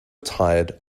tired